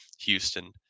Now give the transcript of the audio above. Houston